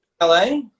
LA